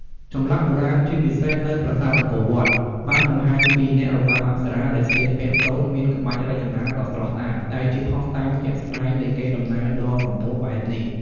ចម្លាក់បុរាណ ជាពិសេសនៅប្រាសាទអង្គរវត្ត បានបង្ហាញពីអ្នករបាំអប្សរាដែលស្លៀកពាក់សូត្រមានក្បាច់រចនាដ៏ស្រស់ស្អាត ដែលជាភស្តុតាងជាក់ស្តែងនៃកេរ្តិ័ដំណែលដ៏សម្បូរបែបនេះ។